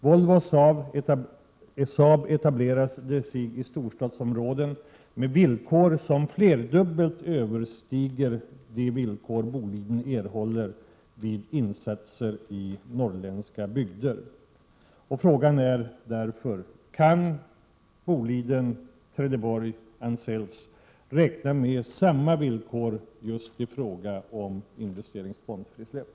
Volvo och Saab etablerade sig i storstadsområden med villkor som flerdubbelt överstiger vad Boliden erhåller vid insatser i norrländska bygder. Min sista fråga lyder alltså: Kan Trelleborg Boliden erhålla samma villkor just i fråga om investeringsfondsfrisläpp?